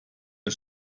der